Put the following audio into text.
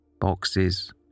Boxes